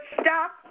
stop